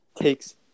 takes